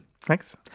Thanks